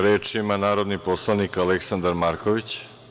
Reč ima narodni poslanik Aleksandar Marković.